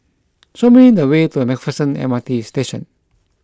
show me the way to MacPherson M R T Station